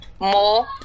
more